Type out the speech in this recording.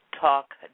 talk